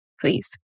Please